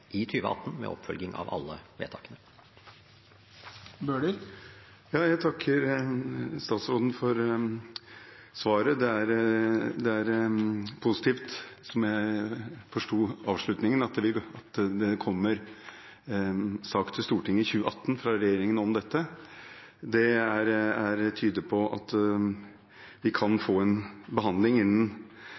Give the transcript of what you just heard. i 2018 med oppfølging av alle vedtakene. Jeg takker statsråden for svaret. Det er positivt, slik jeg forsto avslutningen, at det kommer en sak til Stortinget i 2018 fra regjeringen om dette. Det tyder på at vi kan få til en behandling innen